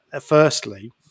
firstly